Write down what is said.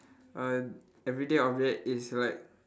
a everyday object is like